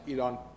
Elon